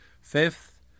Fifth